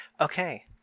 Okay